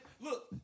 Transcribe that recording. Look